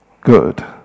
Good